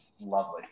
lovely